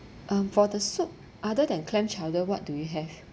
um for the soup other than clam chowder what do you have